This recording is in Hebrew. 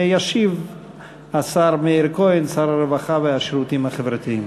ישיב השר מאיר כהן, שר הרווחה והשירותים החברתיים.